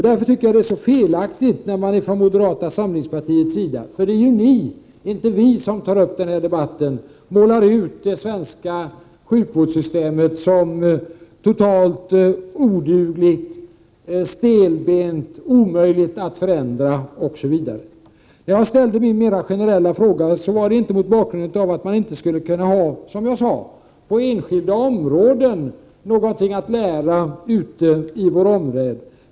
Därför tycker jagatt det är felaktigt när man från moderata samlingspartiets sida — det är ni, inte vi, som tar upp den här debatten — målar ut det svenska sjukvårdssystemet som totalt odugligt, stelbent, omöjligt att förändra osv. Jag ställde inte min mera generella fråga mot bakgrund av att man inte — som jag sade — på enskilda områden skulle kunna ha någonting att lära i vår omvärld.